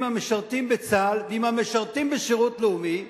המשרתים בצה"ל ועם המשרתים בשירות הלאומי,